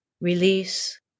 release